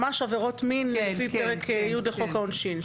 ממש עבירות מין לפי פרק י' לחוק העונשין,